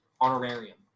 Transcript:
honorarium